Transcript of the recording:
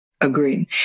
Agreed